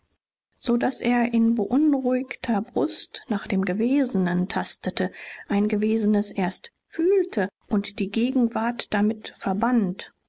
so daß er in beunruhigter brust nach dem gewesenen tastete ein gewesenes erst fühlte und die gegenwart damit verband